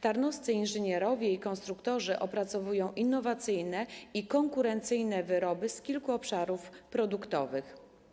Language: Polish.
Tarnowscy inżynierowie i konstruktorzy opracowują innowacyjne i konkurencyjne wyroby z kilku obszarów produktowych.